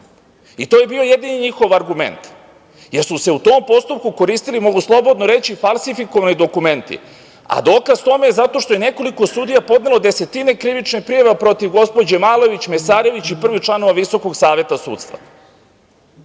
I to je bio jedini njihov argument. Jer, su se u tom postupku koristili mogu slobodno reći falsifikovani dokumenti. A dokaz tome je zato što je nekoliko sudija podnelo desetine krivičnih prijava protiv gospođe Malović, Mesarević i prvih članova Visokog saveta sudstva. Takođe